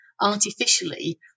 artificially